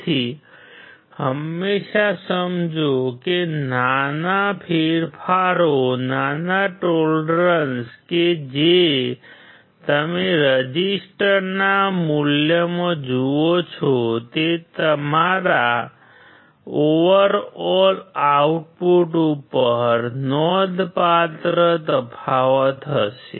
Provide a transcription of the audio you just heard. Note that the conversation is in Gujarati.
તેથી હંમેશા સમજો કે નાના ફેરફારો નાના ટોલરન્સ કે જે તમે રેઝિસ્ટરના મૂલ્યમાં જુઓ છો તે તમારા ઓવરઓલ આઉટપુટ ઉપર નોંધપાત્ર તફાવત હશે